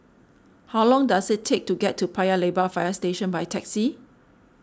how long does it take to get to Paya Lebar Fire Station by taxi